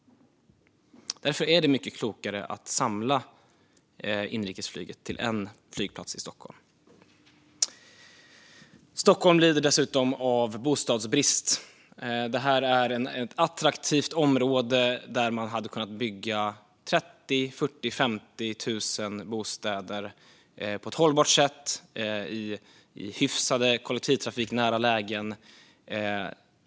Därför är det mycket klokare att samla inrikesflyget till en flygplats i Stockholm. Stockholm lider dessutom av bostadsbrist, och Bromma är ett attraktivt område där man hade kunnat bygga 30 000-50 000 bostäder på ett hållbart sätt i hyfsat kollektivtrafiknära lägen.